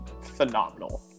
phenomenal